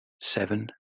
seven